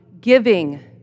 giving